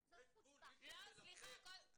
זאת חוצפה, אוקיי, טוב.